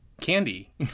candy